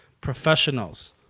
professionals